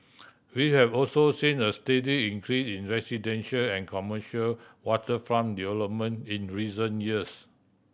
we have also seen a steady increase in residential and commercial waterfront development in recent years